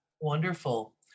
Wonderful